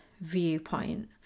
viewpoint